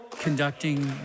conducting